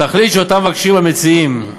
התכלית שמבקשים המציעים,